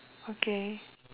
okay